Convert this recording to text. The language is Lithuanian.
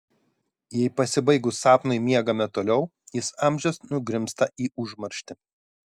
jei pasibaigus sapnui miegame toliau jis amžiams nugrimzta į užmarštį